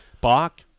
Bach